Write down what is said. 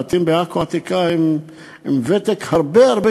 הבתים בעכו העתיקה הם עם ותק הרבה הרבה